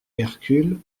hercule